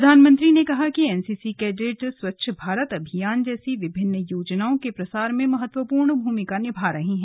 प्रधानमंत्री ने कहा कि एनसीसी कैडेट स्वच्छ भारत अभियान जैसी विभिन्न योजनाओं के प्रसार में महत्वपूर्ण भूमिका निभा रहे हैं